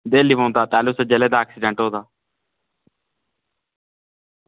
दिल निं बौंह्दा तैलू दा ऐक्सीडेंट होए दा